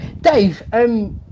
Dave